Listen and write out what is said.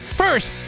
First